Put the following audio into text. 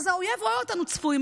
אז האויב רואה אותנו צפויים.